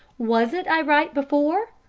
wasn't i right before?